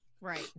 Right